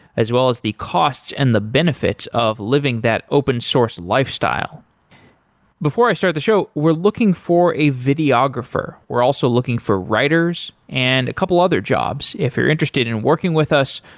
as well as the costs and the benefits of living that open-source lifestyle before i start the show, we're looking for a videographer. we're also looking for writers and a couple other jobs. if you're interested in working with us,